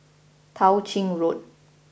Tao Ching Road